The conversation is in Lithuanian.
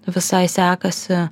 visai sekasi